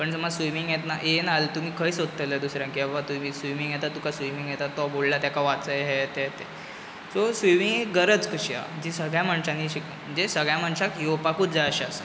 पण स्विमींग येतना येयना जाल्यार खंय सोदतले दुसऱ्यांक बाबा तुमी स्विमींग येता तुका स्विमींग येता तुका तो बुडलो तेका वाचय हें तें ते सो स्विमींग एक गरज कशी आसा जी सगळ्यां मनशानी शीक म्हणजे सगळ्यां मनशांक येवपाकूत जाय अशी आसा